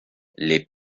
les